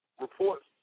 reports